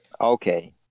Okay